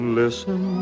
listen